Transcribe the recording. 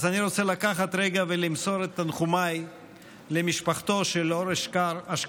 אז אני רוצה לקחת רגע ולמסור את תנחומיי למשפחתו של אור אשכר,